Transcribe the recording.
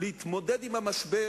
להתמודד עם המשבר,